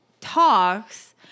talks